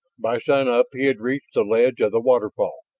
by sunup he had reached the ledge of the waterfall,